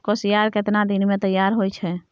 कोसियार केतना दिन मे तैयार हौय छै?